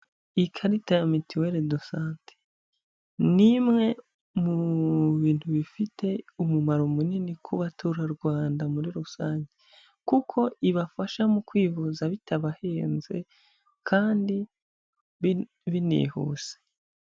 Ikarita ya mituwele do sante ni imwe mu bintu bifite umumaro munini ku baturarwanda muri rusange. Kuko ibafasha mu kwivuza bitabahenze kandi binihuse.